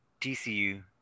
TCU